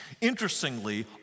Interestingly